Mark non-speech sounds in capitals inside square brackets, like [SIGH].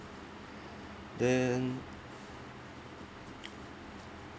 then [NOISE]